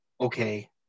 okay